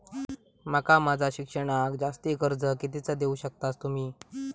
माका माझा शिक्षणाक जास्ती कर्ज कितीचा देऊ शकतास तुम्ही?